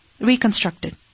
reconstructed